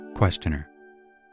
Questioner